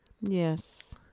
Yes